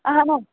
اَہن حظ